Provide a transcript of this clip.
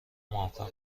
موفق